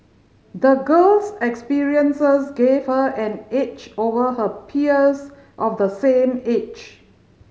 the girl's experiences gave her an edge over her peers of the same age